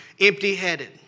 empty-headed